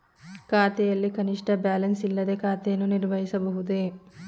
ಖಾತೆಯಲ್ಲಿ ಕನಿಷ್ಠ ಬ್ಯಾಲೆನ್ಸ್ ಇಲ್ಲದೆ ಖಾತೆಯನ್ನು ನಿರ್ವಹಿಸಬಹುದೇ?